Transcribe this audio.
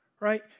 Right